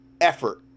effort